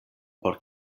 por